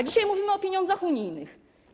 Dzisiaj mówimy o pieniądzach unijnych.